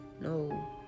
no